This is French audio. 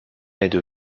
aide